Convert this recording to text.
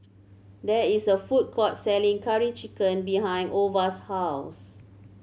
there is a food court selling Curry Chicken behind Ova's house